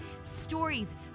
stories